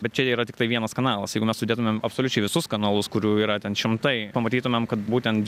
bet čia yra tiktai vienas kanalas jeigu mes sudėtumėm absoliučiai visus kanalus kurių yra ten šimtai pamatytumėm kad būtent